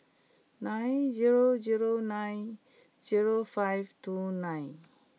nine zero zero nine zero five two nine